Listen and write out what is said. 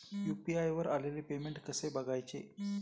UPI वर आलेले payment कसे बघायचे?